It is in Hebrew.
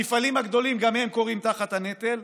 המפעלים הגדולים גם הם כורעים תחת הנטל,